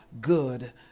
good